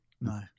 no